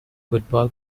football